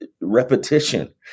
repetition